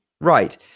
right